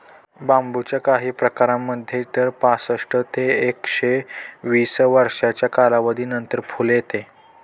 बांबूच्या काही प्रकारांमध्ये तर पासष्ट ते एकशे वीस वर्षांच्या कालावधीनंतर फुल येते